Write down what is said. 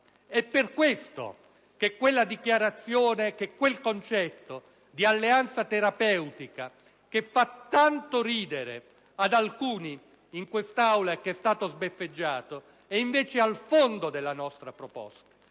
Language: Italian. È per questo che quella dichiarazione, quel concetto di alleanza terapeutica che fa tanto ridere alcuni in Aula e che è stato sbeffeggiato è invece al fondo della nostra proposta.